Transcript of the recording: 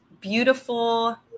beautiful